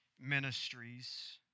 ministries